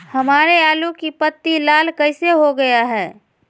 हमारे आलू की पत्ती लाल कैसे हो गया है?